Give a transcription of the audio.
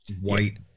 white